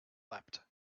leapt